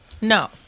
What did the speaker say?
No